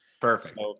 Perfect